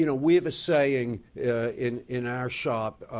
you know we have a saying in in our shop,